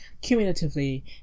cumulatively